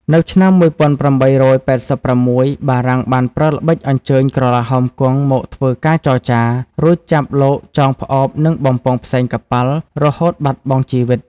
នៅឆ្នាំ ១៨៨៦ បារាំងបានប្រើល្បិចអញ្ជើញក្រឡាហោមគង់មកធ្វើការចរចា រួចចាប់លោកចងផ្អោបនឹងបំពង់ផ្សែងកប៉ាល់រហូតបាត់បង់ជីវិត។